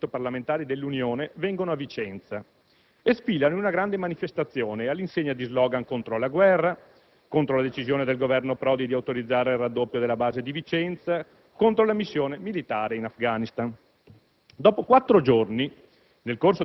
sabato di due settimane fa oltre cento parlamentari dell'Unione vengono a Vicenza e sfilano in una grande manifestazione, all'insegna di *slogan* contro la guerra, contro la decisione del Governo Prodi di autorizzare il raddoppio della base di Vicenza, contro la missione militare in Afghanistan.